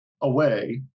away